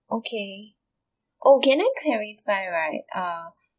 okay oh can I clarify right uh